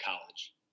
college